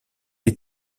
les